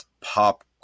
pop